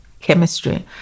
chemistry